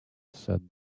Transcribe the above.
said